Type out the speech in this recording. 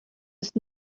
ist